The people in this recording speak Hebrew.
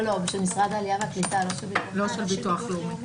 לא, של משרד העלייה והקליטה, לא של ביטוח לאומי.